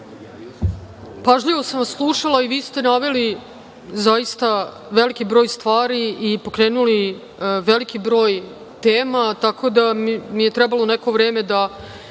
vam. Pažljivo sam vas slušala i vi ste naveli zaista veliki broj stvari i pokrenuli veliki broj tema, tako da mi je trebalo neko vreme da